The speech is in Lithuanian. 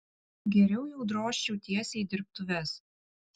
geriau jau drožčiau tiesiai į dirbtuves